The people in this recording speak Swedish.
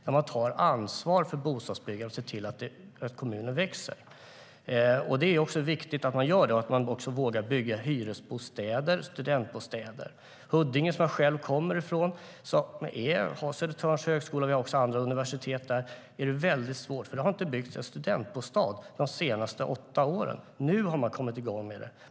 Här tar man ansvar för bostadsbyggandet och ser till att kommunen växer. Det är viktigt att man gör det och även vågar bygga hyresbostäder och studentbostäder. Jag kommer från Huddinge där vi har Södertörns högskola och andra universitet. Där är det svårt, för det har inte byggts en studentbostad de senaste åtta åren. Nu har man kommit igång.